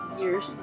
year's